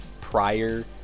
prior